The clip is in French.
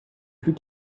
plus